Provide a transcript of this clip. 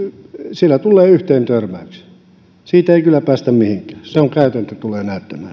siellä tulee yhteentörmäyksiä siitä ei kyllä päästä mihinkään sen käytäntö tulee näyttämään